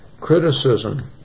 criticism